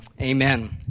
Amen